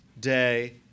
day